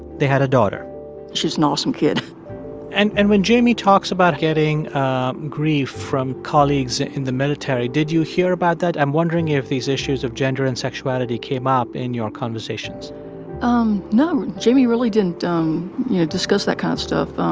they had a daughter she's an awesome kid and and when jamie talks about getting grief from colleagues in the military, did you hear about that? i'm wondering if these issues of gender and sexuality came up in your conversations um no. jamie really didn't, um you know, discuss that kind of stuff. um